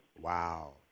Wow